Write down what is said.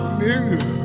nigga